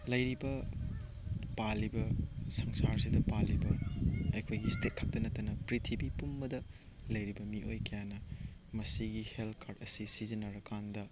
ꯂꯩꯔꯤꯕ ꯄꯥꯜꯂꯤꯕ ꯁꯪꯁꯥꯔꯁꯤꯗ ꯄꯥꯜꯂꯤꯕ ꯑꯩꯈꯣꯏꯒꯤ ꯏꯁꯇꯦꯠ ꯈꯛꯇ ꯅꯠꯇꯅ ꯄꯤꯛꯊ꯭ꯔꯤꯕꯤ ꯄꯨꯝꯕꯗ ꯂꯩꯔꯤꯕ ꯃꯤꯑꯣꯏ ꯀꯌꯥꯅ ꯃꯁꯤꯒꯤ ꯍꯦꯜꯠ ꯀꯥꯔꯠ ꯑꯁꯤ ꯁꯤꯖꯟꯅꯔꯀꯥꯟꯗ